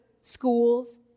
schools